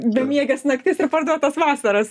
bemieges naktis ir parduotas vasaras